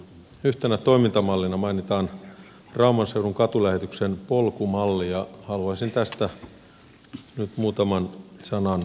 yhtenä toimintamallina mainitaan rauman seudun katulähetyksen polkumalli ja haluaisin tästä nyt muutaman sanan sanoa